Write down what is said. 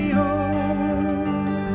home